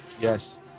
Yes